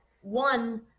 one